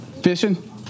Fishing